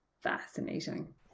fascinating